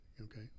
okay